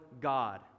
God